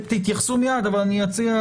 תתייחסו מיד אבל אני אציע